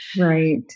Right